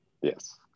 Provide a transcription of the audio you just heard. Yes